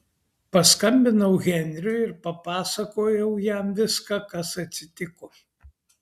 paskambinau henriui ir papasakojau jam viską kas atsitiko